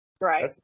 Right